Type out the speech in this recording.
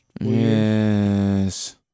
Yes